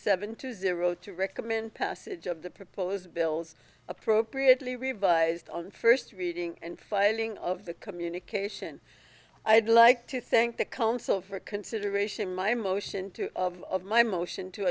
seven to zero to recommend passage of the proposed bills appropriately revised on first reading and filing of the communication i'd like to thank the council for consideration my motion two of my motion to